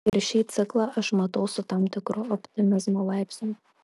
ir šį ciklą aš matau su tam tikru optimizmo laipsniu